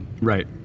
Right